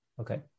Okay